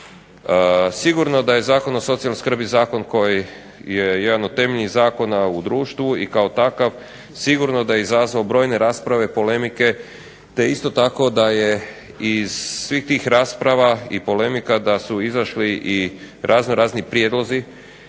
Sigurno da je Zakon o socijalnoj skrbi je Zakon koji je jedan od temeljnih zakona u društvu i sigurno da kao takav izazvao brojne rasprave, polemike, te isto tako da je iz tih rasprava i polemika da su izašli kojekakvi prijedlozi